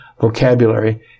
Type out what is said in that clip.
vocabulary